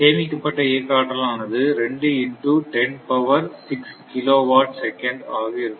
சேமிக்கப்பட்ட இயக்க ஆற்றல் ஆனது 2 into 10 power 6 kilowatt second ஆக இருக்கும்